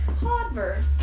Podverse